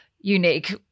unique